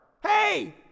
Hey